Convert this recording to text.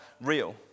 real